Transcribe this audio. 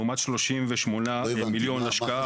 לעומת 38 מיליון השקעה.